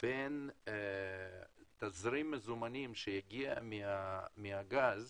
בין תזרים מזומנים שהגיע מהגז